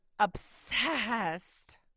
obsessed